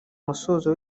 musozo